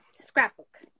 scrapbook